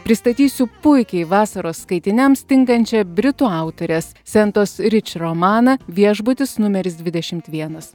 pristatysiu puikiai vasaros skaitiniams tinkančią britų autorės sentos rič romaną viešbutis numeris dvidešimt vienas